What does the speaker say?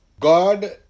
God